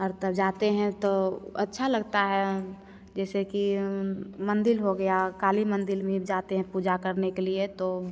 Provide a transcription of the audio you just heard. और तब जाते हैं तो अच्छा लगता है जैसे कि मंदिर हो गया काली मंदिर में जाते हैं पूजा करने के लिए तो